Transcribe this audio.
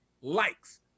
likes